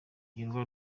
ugirwa